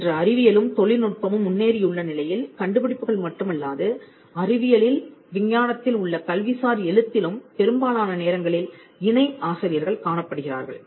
இன்று அறிவியலும் தொழில்நுட்பமும் முன்னேறியுள்ள நிலையில் கண்டுபிடிப்புகள் மட்டுமல்லாது அறிவியலில் விஞ்ஞானத்தில் உள்ள கல்விசார் எழுத்திலும் பெரும்பாலான நேரங்களில் இணை ஆசிரியர்கள் காணப்படுகிறார்கள்